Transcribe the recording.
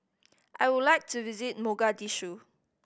I would like to visit Mogadishu